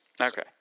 Okay